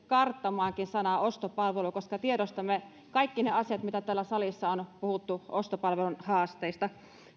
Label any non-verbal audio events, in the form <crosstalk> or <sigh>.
<unintelligible> karttamaankin sanaa ostopalvelu koska tiedostamme kaikki ne asiat mitä täällä salissa on puhuttu ostopalvelun haasteista